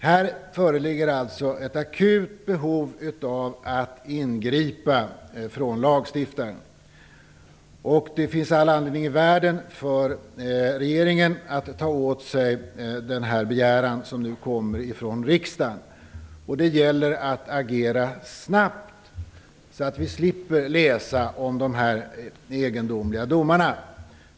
Här föreligger ett akut behov av att lagstiftaren ingriper. Det finns all anledning i världen för regeringen att ta åt sig den begäran som nu kommer från riksdagen. Det gäller att agera snabbt, så att vi slipper läsa om de här egendomliga domarna.